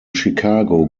chicago